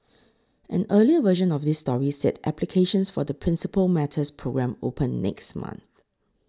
an earlier version of this story said applications for the Principal Matters programme open next month